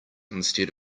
instead